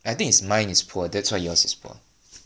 I think is mine is poor that's why yours is poor